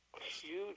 Huge